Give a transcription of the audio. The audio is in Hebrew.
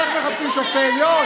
איך מחפשים שופטי עליון.